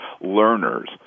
learners